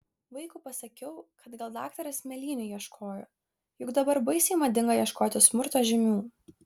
vaikui pasakiau kad gal daktaras mėlynių ieškojo juk dabar baisiai madinga ieškoti smurto žymių